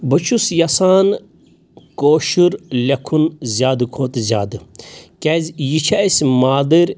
بہٕ چھُس یژھان کٲشُر لیٚکھُن زیادٕ کھۄتہٕ زیادٕ کیازِ یہِ چھِ اسہِ مادٕرۍ